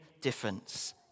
difference